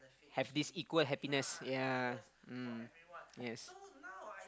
have this equal happiness ya mm yes